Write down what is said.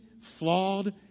flawed